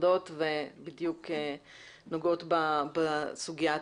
חדות ובדיוק נוגעות בסוגיה עצמה.